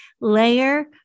Layer